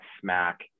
smack